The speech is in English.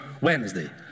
Wednesday